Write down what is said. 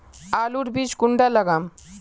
आलूर बीज कुंडा लगाम?